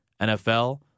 NFL